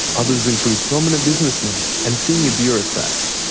others include prominent businessmen and senior bureaucrats.